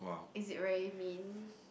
is it very mean